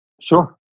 Sure